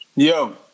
Yo